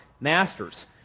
Masters